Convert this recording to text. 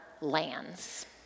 lands